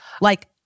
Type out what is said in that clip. Like-